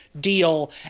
deal